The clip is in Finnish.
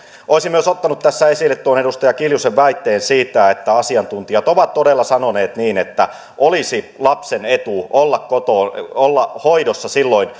olisin myös ottanut tässä esille tuon edustaja kiljusen väitteen siitä että asiantuntijat ovat todella sanoneet niin että olisi lapsen etu olla hoidossa silloin